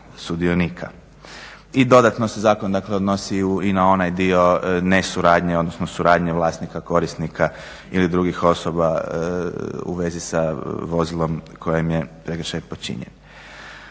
I dodatno se zakon, dakle odnosi i na onaj dio nesuradnje, odnosno suradnje vlasnika korisnika ili drugih osoba u vezi sa vozilom kojim je prekršaj počinjen.